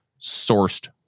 sourced